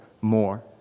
more